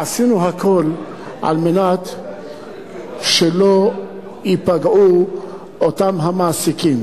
עשינו הכול כדי שלא ייפגעו אותם המעסיקים.